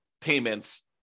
payments